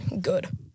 Good